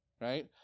right